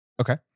Okay